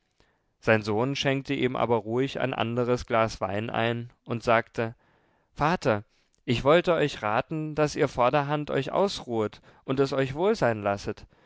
sein sohn schenkte ihm aber ruhig ein anderes glas wein ein und sagte vater ich wollte euch raten daß ihr vorderhand euch ausruhet und es euch wohl sein lasset